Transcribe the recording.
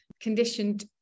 conditioned